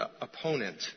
opponent